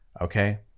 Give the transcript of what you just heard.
Okay